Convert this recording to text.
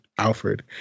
Alfred